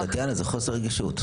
טטיאנה, זה חוסר רגישות.